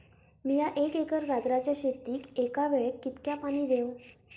मीया एक एकर गाजराच्या शेतीक एका वेळेक कितक्या पाणी देव?